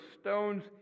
stones